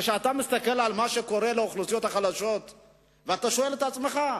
כשאתה מסתכל על מה שקורה לאוכלוסיות החלשות ואתה שואל את עצמך,